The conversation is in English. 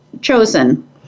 chosen